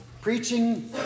preaching